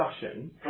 discussion